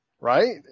right